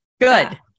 Good